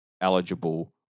eligible